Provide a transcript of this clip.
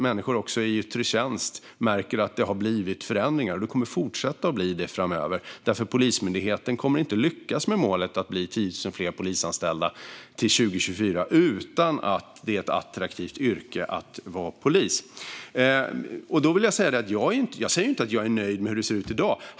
Människor i yttre tjänst märker att det har blivit förändringar, och det kommer att fortsätta framöver eftersom Polismyndigheten inte kommer att lyckas med målet att bli 10 000 fler polisanställda till 2024 om det inte är ett attraktivt yrke att vara polis. Jag säger inte att jag är nöjd med hur det ser ut i dag.